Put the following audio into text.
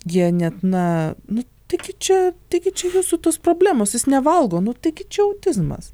jie net na nu taigi čia taigi čia jūsų tos problemos jis nevalgo nu taigi čia autizmas